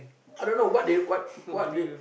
I don't know what they what what they